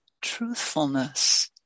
truthfulness